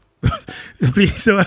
please